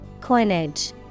Coinage